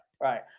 right